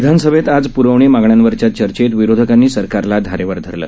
विधानसभेतआजप्रवणीमागण्यांवरच्याचर्चेतविरोधकांनीसरकारलाधारेवरधरलं